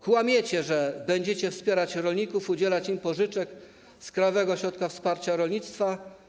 Kłamiecie, że będziecie wspierać rolników, udzielać im pożyczek z Krajowego Ośrodka Wsparcia Rolnictwa.